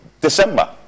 December